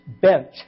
bent